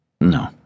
No